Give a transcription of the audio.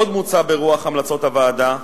עוד מוצע, ברוח המלצות הוועדה,